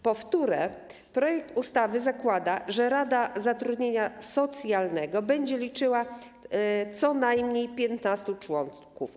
Po trzecie, projekt ustawy zakłada, że Rada Zatrudnienia Socjalnego będzie liczyła co najmniej 15 członków.